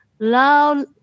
loud